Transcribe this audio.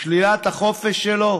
שלילת החופש שלו?